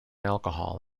alcohol